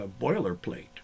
boilerplate